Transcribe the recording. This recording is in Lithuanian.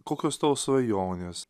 kokios tavo svajonės